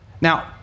Now